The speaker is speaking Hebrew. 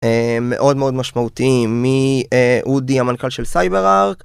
מאוד מאוד משמעותיים מאודי המנכ״ל של סייבר ארק